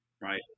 right